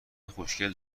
خوشکل